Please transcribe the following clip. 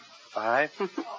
Five